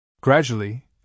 Gradually